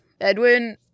Edwin